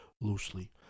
loosely